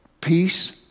Peace